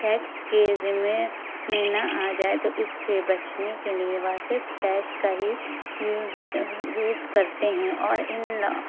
tax کے ذمے میں نہ آ جائے تو اس سے بچنے کے لیے وہ صرف کیش کا ہی یوز کرتے ہیں اور ان لا